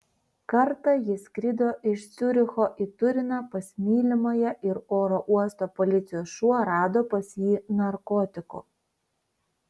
kartą jis skrido iš ciuricho į turiną pas mylimąją ir oro uosto policijos šuo rado pas jį narkotikų